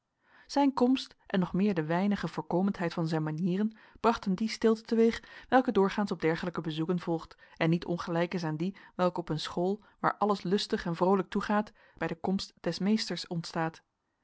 zijn komst en nog meer de weinige voorkomendheid van zijn manieren brachten die stilte te-weeg welke doorgaans op dergelijke bezoeken volgt en niet ongelijk is aan die welke op een school waar alles lustig en vrolijk toegaat bij de komst des meesters ontstaat